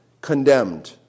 condemned